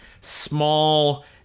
small